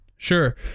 Sure